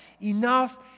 Enough